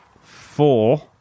four